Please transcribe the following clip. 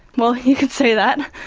well, you could say that.